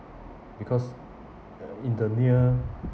because uh in the near